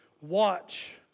watch